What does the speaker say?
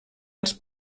als